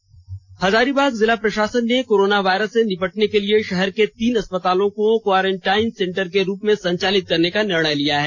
medical centre Hazaribagh जिला प्रषासन ने कोरोना वायरस से निपटने के लिए शहर के तीन अस्पतालों को क्वॉरेंटाइन सेंटर के रूप संचालित करने का निर्णय लिया है